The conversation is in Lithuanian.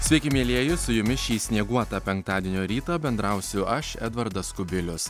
sveiki mielieji su jumis šį snieguotą penktadienio rytą bendrausiu aš edvardas kubilius